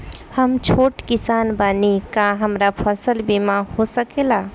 हम छोट किसान बानी का हमरा फसल बीमा हो सकेला?